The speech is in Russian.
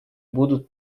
будут